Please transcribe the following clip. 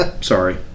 sorry